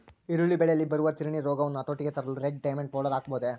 ಈರುಳ್ಳಿ ಬೆಳೆಯಲ್ಲಿ ಬರುವ ತಿರಣಿ ರೋಗವನ್ನು ಹತೋಟಿಗೆ ತರಲು ರೆಡ್ ಡೈಮಂಡ್ ಪೌಡರ್ ಹಾಕಬಹುದೇ?